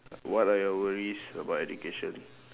what are your worries about education